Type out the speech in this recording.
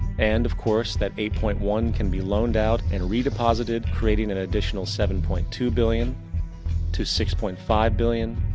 and, of course, that eight point one can be loaned out and redeposited creating an additional seven point two billion to six point five billion.